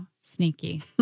sneaky